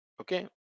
okay